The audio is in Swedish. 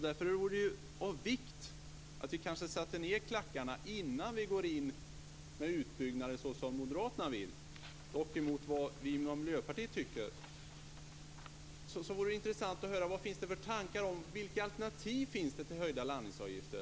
Därför vore det av vikt att vi kanske satte ned klackarna innan vi gick in med utbyggnad, såsom Moderaterna vill men emot vad vi i Miljöpartiet tycker. Det vore intressant att höra: Vad finns det för tankar om alternativ till höjda landningsavgifter?